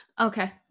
Okay